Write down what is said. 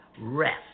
rest